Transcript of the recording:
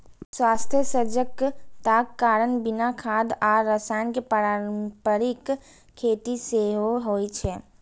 स्वास्थ्य सजगताक कारण बिना खाद आ रसायन के पारंपरिक खेती सेहो होइ छै